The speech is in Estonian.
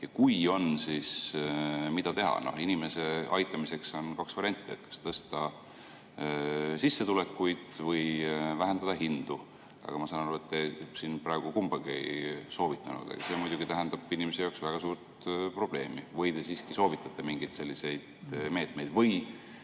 Ja kui on, siis mida teha? Inimese aitamiseks on kaks varianti: suurendada sissetulekuid või vähendada hindu. Aga ma saan aru, et te siin praegu kumbagi ei soovitanud. See muidugi tähendab inimese jaoks väga suurt probleemi. Või te siiski soovitate mingeid selliseid meetmeid?